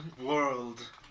world